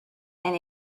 and